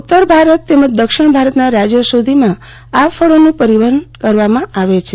ઉતર ભારત તમજ દક્ષિણ ભારત ના રાજયો સધી આ ફળોનું પરિવહન કરવામાં આવે છે